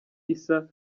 isa